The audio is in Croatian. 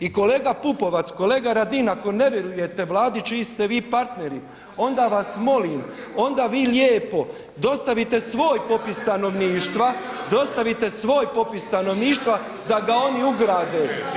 I kolega Pupovac, kolega Radin ako ne vjerujete Vladi čiji ste vi partneri onda vas molim onda vi lijepo dostavite svoj popis stanovništva, dostavite svoj popis stanovništva, da ga oni ugrade.